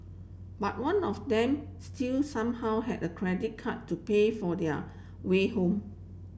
but one of them still somehow had a credit card to pay for their way home